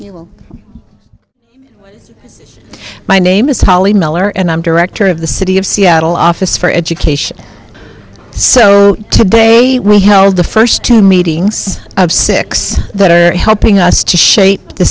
you my name is holly miller and i'm director of the city of seattle office for education so today we held the first two meetings of six that are helping us to shape the